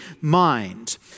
mind